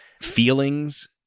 feelings